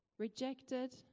rejected